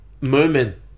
moment